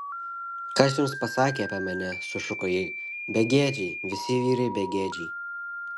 kas jums pasakė apie mane sušuko ji begėdžiai visi vyrai begėdžiai